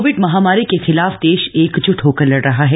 Covid महामप्री के खिलफ्र देश एकज्ट होकर लड़ रह है